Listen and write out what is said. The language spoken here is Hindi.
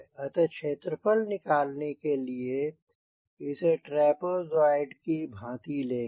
अतः क्षेत्रफल निकलने के लिए इसे ट्रपेज़ोइड की भांति लेंगे